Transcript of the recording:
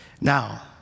Now